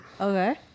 Okay